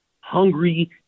hungry